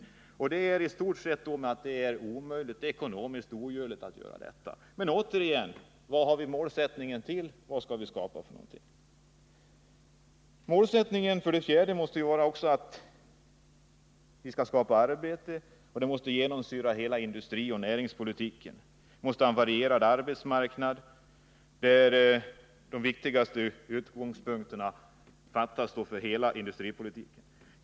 Utskottet svarar i stort sett att det är ekonomiskt omöjligt att göra något. Men återigen: Vad har vi målsättningen till? Vad skall vi skapa? 4. Målsättningen att skapa arbete för alla måste genomsyra hela industrioch näringspolitiken. En varierad arbetsmarknad måste vara den viktigaste utgångspunkten för de beslut som fattas för hela industripolitiken.